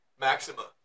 Maxima